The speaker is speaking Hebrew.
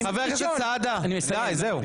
בינתיים --- חבר הכנסת סעדה, די, זהו.